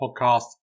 Podcast